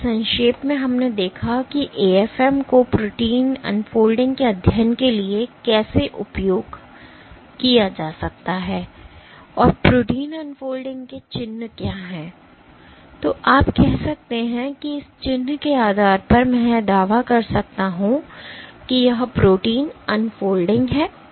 इसलिए संक्षेप में हमने देखा है कि AFM को प्रोटीन अनफोल्डिंग के अध्ययन के लिए कैसे उपयोग किया जा सकता है और प्रोटीन अनफोल्डिंग के चिह्न क्या हैं कि आप कह सकते हैं कि इस चिह्न के आधार पर मैं यह दावा कर सकता हूं कि यह प्रोटीन अनफोल्डिंग है